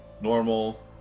normal